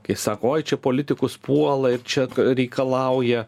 kai sako oi čia politikus puola ir čia reikalauja